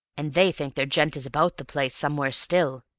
and they think their gent is about the place somewhere still.